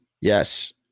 Yes